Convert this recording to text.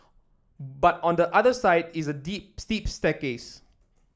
but on the other side is a deep steep staircase